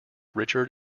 richard